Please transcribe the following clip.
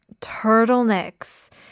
turtlenecks